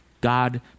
God